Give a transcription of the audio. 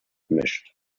mischt